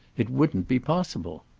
it wouldn't be possible.